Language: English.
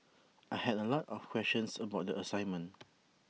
I had A lot of questions about the assignment